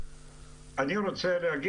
אני מנסה להבין.